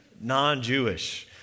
non-Jewish